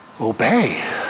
obey